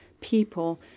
people